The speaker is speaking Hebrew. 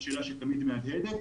זאת שאלה שתמיד מהדהדת,